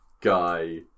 guy